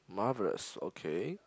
marvellous okay